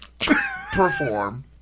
perform